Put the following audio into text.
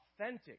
authentic